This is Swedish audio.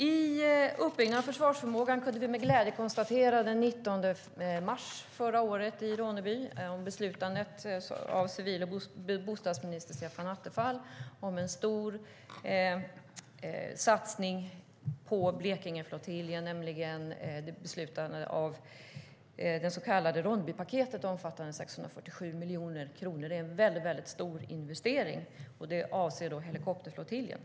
I uppbyggnaden av försvarsförmågan kunde vi den 19 mars förra året i Ronneby med glädje konstatera att civil och bostadsminister Stefan Attefall hade beslutat om en stor satsning på Blekingeflottiljen i det så kallade Ronnebypaketet, som omfattar 647 miljoner kronor. Det är en väldigt stor investering som avser helikopterflottiljen.